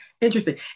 Interesting